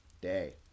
day